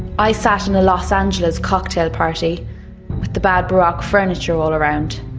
i sat in a los angeles cocktail party with the bad baroque furniture all around,